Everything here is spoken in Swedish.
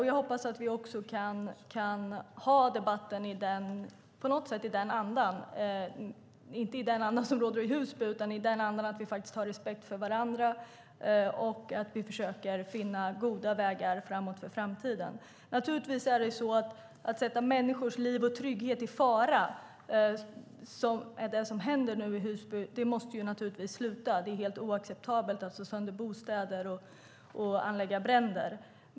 Jag hoppas att vi på något sätt kan ha debatten i den andan, inte i den anda som råder i Husby utan i den andan att vi faktiskt har respekt för varandra och att vi försöker finna goda vägar framåt för framtiden. Man sätter människors liv och trygghet i fara. Det är det som nu händer i Husby. Det måste naturligtvis sluta. Det är helt oacceptabelt att slå sönder bostäder och anlägga bränder.